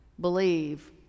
believe